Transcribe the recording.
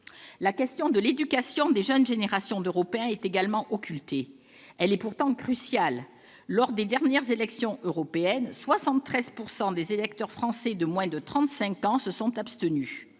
La question de l'éducation des jeunes générations d'Européens est également occultée. Elle est pourtant cruciale. Lors des dernières élections européennes, 73 % des électeurs français de moins de trente-cinq ans se sont abstenus.